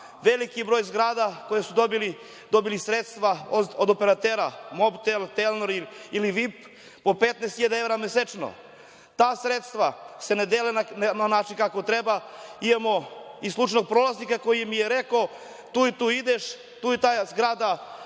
veliki broj zgrada koje su dobile sredstva od operatera Mobtel, Telenor ili VIP, po 15.000 evra mesečno. Ta sredstva se ne dele na način kako treba. Imamo i slučajnog prolaznika koji mi je rekao – tu i tu ideš, ta i ta zgrada,